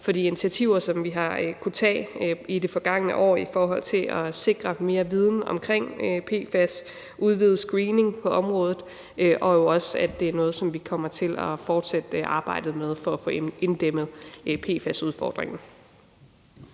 for de initiativer, som vi har kunnet tage i det forgangne år, i forhold til at sikre mere viden om PFAS og udvidet screening på området, og det er jo også noget, som vi kommer til at fortsætte arbejdet med for at få inddæmmet PFAS-udfordringen.